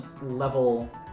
level